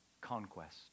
conquest